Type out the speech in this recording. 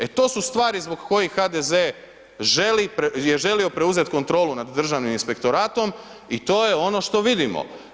E to su stvari zbog kojih HDZ želi, je želio preuzeti kontrolu nad Državnim inspektoratom i to je ono što vidimo.